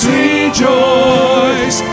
rejoice